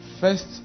First